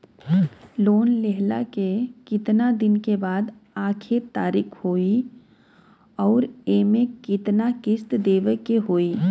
Loan लेहला के कितना दिन के बाद आखिर तारीख होई अउर एमे कितना किस्त देवे के होई?